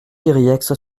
yrieix